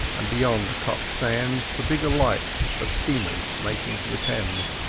and beyond the cock sands the bigger lights of steamers making for the thames.